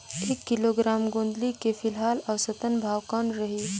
एक किलोग्राम गोंदली के फिलहाल औसतन भाव कौन रही?